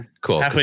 cool